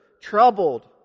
troubled